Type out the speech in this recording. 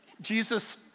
Jesus